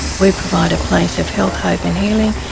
we provide a place of health, hope and healing,